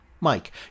Mike